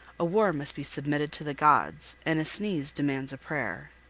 a war must be submitted to the gods, and a sneeze demands a prayer.